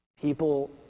People